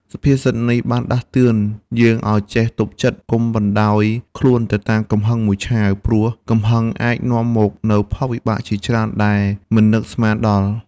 សុភាសិតនេះបានដាស់តឿនយើងឱ្យចេះទប់ចិត្ត កុំបណ្ដោយខ្លួនទៅតាមកំហឹងមួយឆាវ ព្រោះកំហឹងអាចនាំមកនូវផលវិបាកជាច្រើនដែលមិននឹកស្មានដល់។